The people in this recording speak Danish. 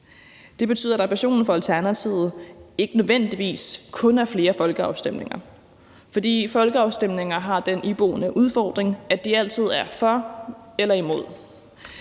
Det betyder, at ambitionen for Alternativet ikke nødvendigvis kun er flere folkeafstemninger, for folkeafstemninger har den iboende udfordring, at de altid er for eller imod.